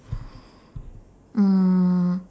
mm